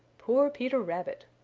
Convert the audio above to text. poor peter rabbit!